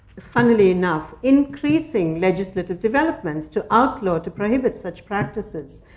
funnily enough, increasing legislative developments to outlaw, to prohibit, such practices.